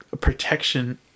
protection